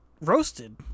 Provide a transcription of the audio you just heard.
roasted